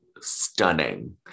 stunning